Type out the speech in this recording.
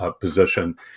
position